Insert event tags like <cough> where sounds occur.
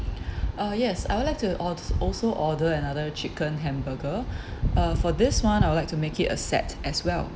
<breath> uh yes I would like to ord~ also order another chicken hamburger <breath> uh for this [one] I would like to make it a set as well